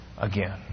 again